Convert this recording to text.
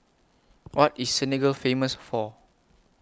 What IS Senegal Famous For